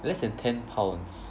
less than ten pounds